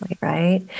right